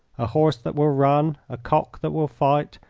a horse that will run, a cock that will fight,